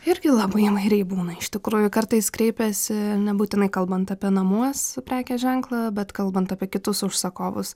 irgi labai įvairiai būna iš tikrųjų kartais kreipiasi nebūtinai kalbant apie namuos prekės ženklą bet kalbant apie kitus užsakovus